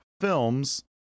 films